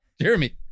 Jeremy